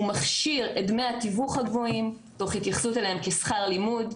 הוא מכשיר את דמי התיווך הגבוהים תוך התייחסות אליהם כשכר לימוד,